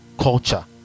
culture